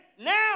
Now